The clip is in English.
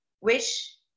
wish